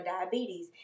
diabetes